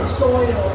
soil